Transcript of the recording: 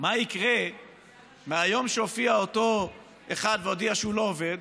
מה יקרה מהיום שהופיע אותו אחד והודיע שהוא לא עובד